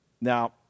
Now